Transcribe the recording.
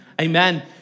Amen